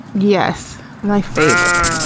yes, my favorite.